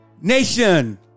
Nation